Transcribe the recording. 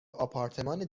آپارتمان